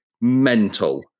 mental